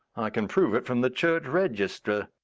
i can prove it from the church register.